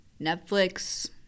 Netflix